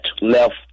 left